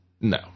No